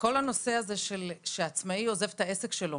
כל הנושא הזה שעצמאי עוזב את העסק שלו